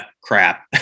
crap